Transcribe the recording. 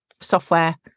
software